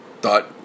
thought